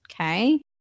Okay